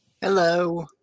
Hello